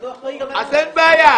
אז אין בעיה.